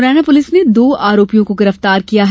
Morena police ने दो आरोपियों को गिरफ़तार किया है